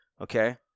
okay